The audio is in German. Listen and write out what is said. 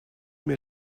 mir